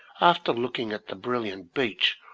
after looking at the brilliant beach,